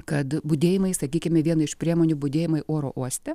kad budėjimai sakykime viena iš priemonių budėjimai oro uoste